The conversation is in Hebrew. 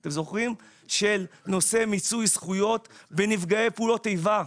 של נושא מיצוי זכויות בנפגעי פעולות איבה,